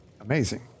amazing